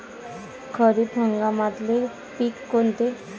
खरीप हंगामातले पिकं कोनते?